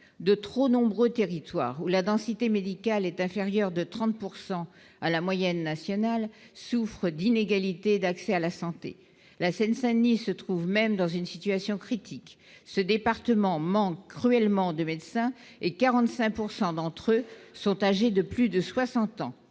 de trop nombreux territoires où la densité médicale est inférieur de 30 pourcent à à la moyenne nationale souffre d'inégalités d'accès à la santé, la Seine-Saint-Denis se trouvent même dans une situation critique ce département manque cruellement de médecins et 45 pourcent d'entre eux sont âgés de plus de 60 ans,